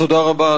תודה רבה,